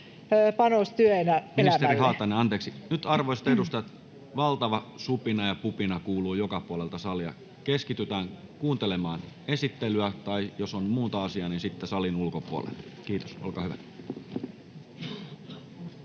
— Kiitos. Ministeri Haatainen, anteeksi. — Nyt, arvoisat edustajat, valtava supina ja pupina kuuluu joka puolelta salia. Keskitytään kuuntelemaan esittelyä, tai jos on muuta asiaa, niin sitten salin ulkopuolelle, kiitos. — Olkaa hyvä.